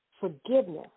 forgiveness